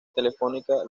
telefónica